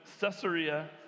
Caesarea